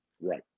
Right